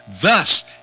Thus